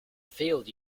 field